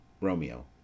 romeo